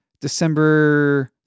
December